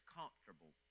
comfortable